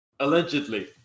Allegedly